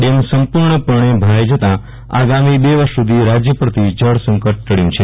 dam સંપૂર્ણપણે ભરાઈ જતા આગામી બે વર્ષો સુધી રાજ્ય પરથી જળસંકટ ટબ્યું છે